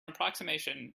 approximation